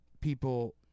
people